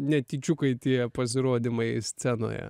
netyčiukai tie pasirodymai scenoje